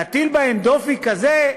להטיל בהם דופי כזה,